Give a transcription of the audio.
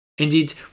Indeed